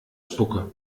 spucke